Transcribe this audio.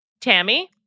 Tammy